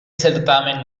certamen